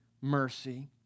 mercy